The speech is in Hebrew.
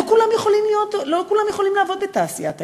לא כולם יכולים לעבוד בתעשיית העילית.